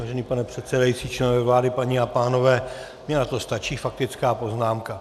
Vážený pane předsedající, členové vlády, paní a pánové, mně na to stačí faktická poznámka.